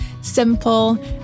simple